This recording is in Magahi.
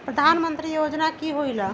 प्रधान मंत्री योजना कि होईला?